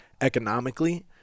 economically